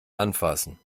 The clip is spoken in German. anfassen